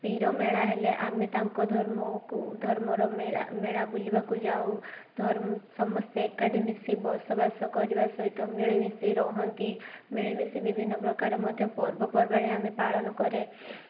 ପିର ମେଳା ହେଲେ ଆମେ ତାଙ୍କ ଧର୍ମକୁ ଧର୍ମର ମେଳା ମେଳା ବୁଲିବାକୁ ଯାଉ ଧର ସମସ୍ତେ ଏକାଠି ମିଶି ବସବାସ କରିବା ସହିତ ମିଳିମିଶି ରହନ୍ତି ମିଳିମିଶି ବିଭିନ୍ନ ପ୍ରକାର ମଧ୍ୟ ପର୍ବପର୍ବାଣୀ ଆମେ ପାଳନ କରେ